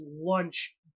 lunch